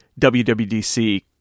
WWDC